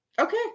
Okay